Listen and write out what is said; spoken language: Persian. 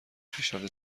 پیشرفت